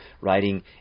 writing